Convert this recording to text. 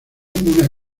una